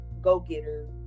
Go-getter